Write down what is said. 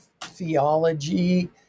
theology